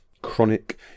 chronic